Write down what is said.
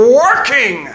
working